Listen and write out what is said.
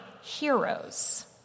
heroes